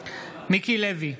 מיקי לוי,